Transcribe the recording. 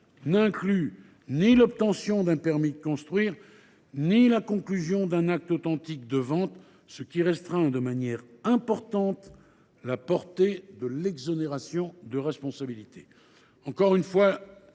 n’inclut ni l’obtention d’un permis de construire ni la conclusion d’un acte authentique de vente, ce qui limite significativement la portée de l’exonération de responsabilité.